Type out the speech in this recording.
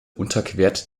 unterquert